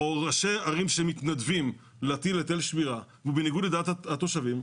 ראשי ערים שמתנדבים להטיל היטל שמירה ובניגוד לדעת התושבים,